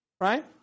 right